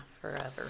Forever